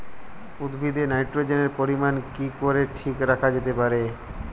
উদ্ভিদে নাইট্রোজেনের পরিমাণ কি করে ঠিক রাখা যেতে পারে?